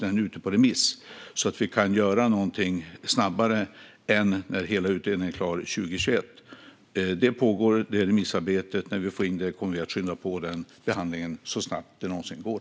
Det är ute på remiss så att vi kan göra något snabbare än 2021, då hela utredningen är klar. Remissarbetet pågår, och när vi får in det kommer vi att skynda på behandlingen så mycket det någonsin går.